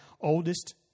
oldest